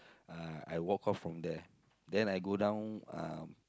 uh I walk off from there then I go down um